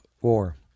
War